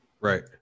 Right